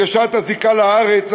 הדגשת הזיקה לארץ,